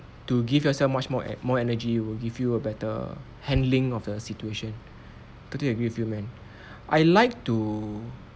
to give yourself much more uh more energy will give you a better handling of the situation totally agree with you man I like to